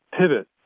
pivot